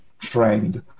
trained